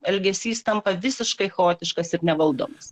elgesys tampa visiškai chaotiškas ir nevaldomas